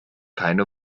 keine